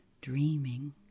dreaming